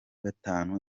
gatanu